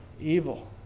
evil